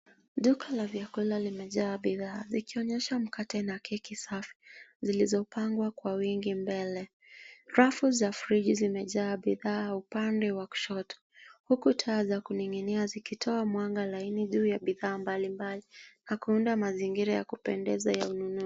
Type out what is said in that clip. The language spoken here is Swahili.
Duka la vyakula limejaa bidhaa likionyesha mkate na keki safi zilizopangwa kwa wingi mbele. Rafu za friji zimejaa bidhaa upande wa kushoto huku taa za kuning'inia zikitoa mwanga laini juu ya bidhaa mbalimbali na kuunda mazingira ya kupendeza ya ununuzi.